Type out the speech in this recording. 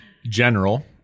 General